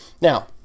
Now